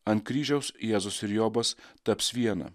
ant kryžiaus jėzus ir jobas taps viena